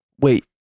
Wait